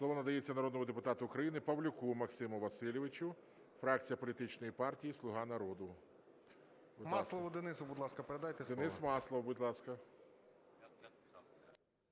Слово надається народному депутату України Павлюку Максиму Васильовичу, фракція політичної партії "Слуга народу". 14:25:09 ПАВЛЮК М.В. Маслову Денису, будь ласка, передайте слово. ГОЛОВУЮЧИЙ. Денис Маслов, будь ласка.